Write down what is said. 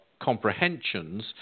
comprehensions